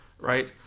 Right